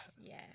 yes